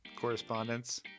correspondence